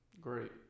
Great